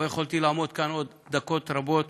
אבל יכולתי לעמוד כאן עוד דקות רבות